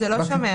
זה לא שומר.